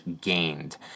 gained